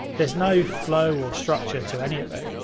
there's no flow or structure to any of it.